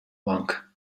monk